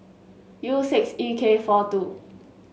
U six E K four two